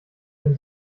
ein